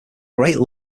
great